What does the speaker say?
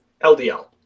LDL